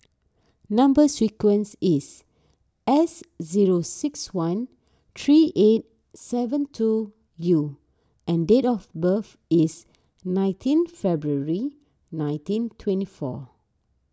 Number Sequence is S zero six one three eight seven two U and date of birth is nineteen February nineteen twenty two